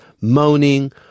moaning